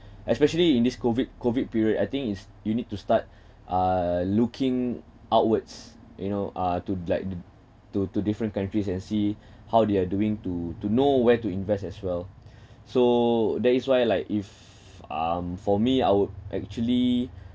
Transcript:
especially in this COVID COVID period I think it's you need to start uh looking outwards you know uh to be like d~ to to different countries and see how they are doing to to know where to invest as well so that is why like if um for me I would actually